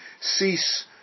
cease